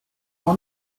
plan